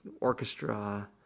orchestra